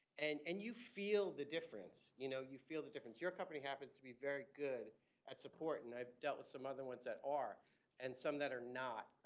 and and you feel the difference. you know, you feel the difference. your company happens to be very good at support. and i've dealt with some other ones that are and some that are not.